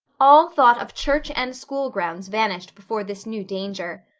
all thought of church and school grounds vanished before this new danger.